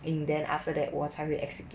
and then after that 我才会 execute